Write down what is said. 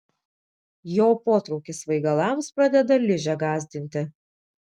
jo potraukis svaigalams pradeda ližę gąsdinti